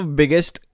biggest